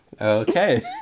Okay